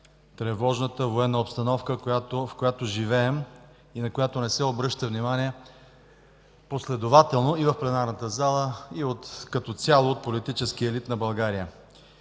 тревожната военна обстановка, в която живеем и на която не се обръща внимание последователно и в пленарната зала, и като цяло от политическия елит на България.